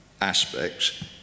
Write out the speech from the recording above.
aspects